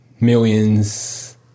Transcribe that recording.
millions